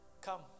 Come